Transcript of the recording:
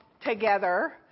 together